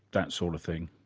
that sort of thing?